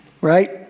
right